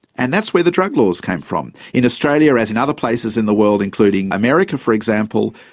and that's where the drug laws came from. in australia, as in other places in the world, including america, for example,